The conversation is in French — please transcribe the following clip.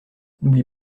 n’oublie